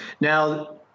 Now